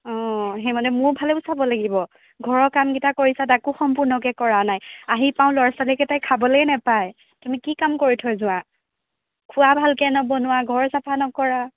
অঁ সেইমানে মোৰফালেও চাব লাগিব ঘৰৰ কামকেইটা কৰিছা তাকো সম্পূৰ্ণকৈ কৰা নাই আহি পাওঁ ল'ৰা ছোৱালীকেইটাই খাবলেই নেপায় তুমি কি কাম কৰি থৈ যোৱা খোৱা ভালকৈ নবনোৱা ঘৰ চাফা নকৰা